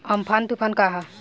Amphan तुफान का ह?